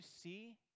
see